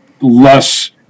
less